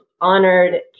honored